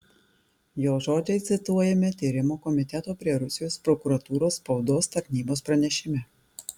jo žodžiai cituojami tyrimų komiteto prie rusijos prokuratūros spaudos tarnybos pranešime